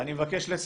אני מבקש לסכם.